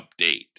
update